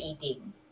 eating